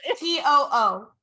t-o-o